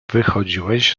wychodziłeś